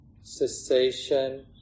cessation